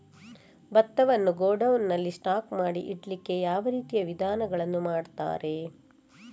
ಭತ್ತವನ್ನು ಗೋಡೌನ್ ನಲ್ಲಿ ಸ್ಟಾಕ್ ಮಾಡಿ ಇಡ್ಲಿಕ್ಕೆ ಯಾವ ರೀತಿಯ ವಿಧಾನಗಳನ್ನು ಮಾಡ್ತಾರೆ?